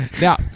Now